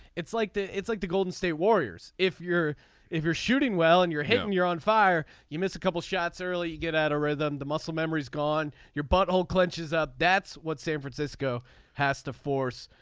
it's like it's like the golden state warriors. if you're if you're shooting well and you're hitting you're on fire you missed a couple of shots early you get out of rhythm. the muscle memory is gone your butthole clenches up. that's what san francisco has to force.